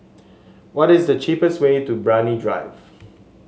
what is the cheapest way to Brani Drive